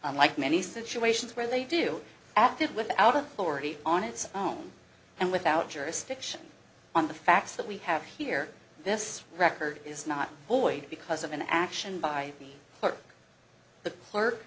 unlike many situations where they do acted without a already on its own and without jurisdiction on the facts that we have here this record is not void because of an action by the clerk the clerk